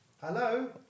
Hello